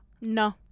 no